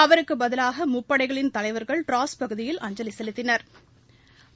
அவருக்குப் பதிவாக முப்படைகளின் தலைவா்கள் ட்டிராஸ் பகுதியில் அஞ்சலி செலுத்தினா்